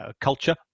culture